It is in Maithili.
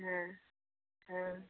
हँ हँ